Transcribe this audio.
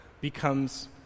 Becomes